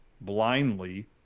blindly